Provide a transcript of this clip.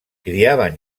criaven